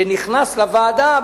שנכנס לוועדה,